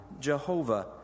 Jehovah